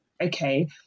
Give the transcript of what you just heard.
okay